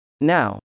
Now